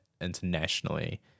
internationally